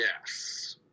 Yes